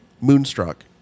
Moonstruck